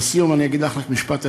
לסיום אני אגיד לך רק משפט אחד: